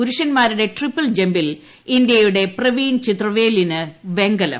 പുരുഷന്മാരുടെ ട്രിപ്പിൽ ജമ്പിൽ ഇന്ത്യയുടെ പ്രവീൺ ചിത്രവേലിന് വെങ്കലം